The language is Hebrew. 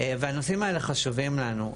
והנושאים האלה חשובים לנו.